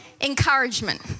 encouragement